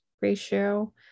ratio